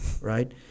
Right